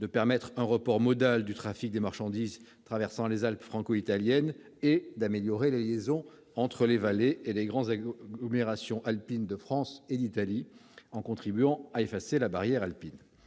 de permettre un report modal du trafic de marchandises traversant les Alpes franco-italiennes et d'améliorer les liaisons entre les vallées et les grandes agglomérations alpines de France et d'Italie, en contribuant à effacer la barrière alpine.